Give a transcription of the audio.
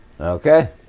Okay